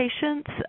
patients